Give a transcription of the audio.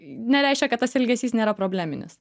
nereiškia kad tas elgesys nėra probleminis